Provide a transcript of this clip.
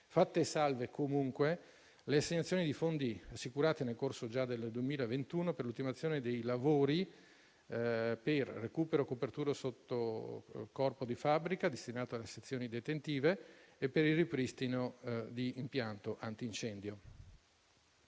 fatte salve comunque le assegnazioni di fondi, assicurate già nel corso del 2021, per l'ultimazione dei lavori per recupero e copertura sotto corpo di fabbrica, destinato alle sezioni detentive e per il ripristino dell'impianto antincendio.